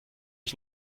ich